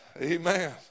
Amen